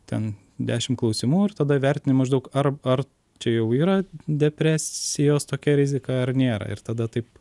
ten dešimt klausimų ir tada vertini maždaug ar ar čia jau yra depresijos tokia rizika ar nėra ir tada taip